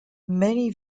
many